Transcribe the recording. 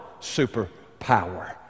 superpower